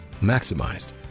maximized